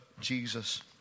Jesus